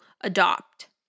adopt